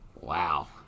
Wow